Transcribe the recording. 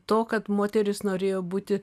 to kad moterys norėjo būti